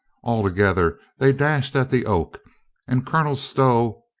all together they dashed at the oak and colonel stow,